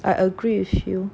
I agree with you